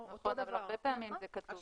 הרבה פעמים זה כתוב כך.